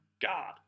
God